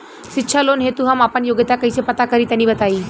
शिक्षा लोन हेतु हम आपन योग्यता कइसे पता करि तनि बताई?